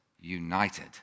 United